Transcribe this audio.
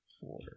Four